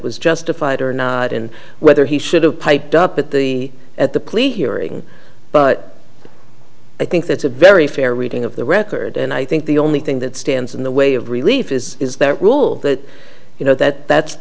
was justified or not and whether he should have piped up at the at the plea hearing but i think that's a very fair reading of the record and i think the only thing that stands in the way of relief is is that rule that you know that that's